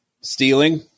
stealing